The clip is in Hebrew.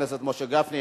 חבר הכנסת משה גפני,